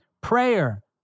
Prayer